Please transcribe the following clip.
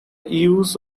use